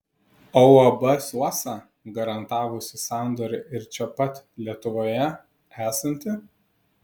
o uab suosa garantavusi sandorį ir čia pat lietuvoje esanti